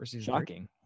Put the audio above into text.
Shocking